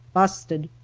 busted.